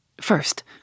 First